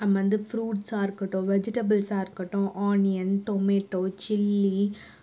அம் வந்து ஃப்ரூட்ஸாக இருக்கட்டும் வெஜிடேபிள்ஸாக இருக்கட்டும் ஆனியன் டொமேட்டோ சில்லி